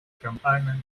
campana